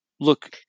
look